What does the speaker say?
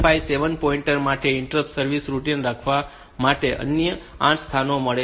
5 માટે 7 પોઈન્ટ માટે interrupt service routine રાખવા માટે અન્ય 8 સ્થાનો મળ્યા છે